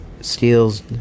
steals